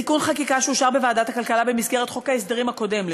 בתיקון חקיקה שאושר בוועדת הכלכלה במסגרת חוק ההסדרים הקודם,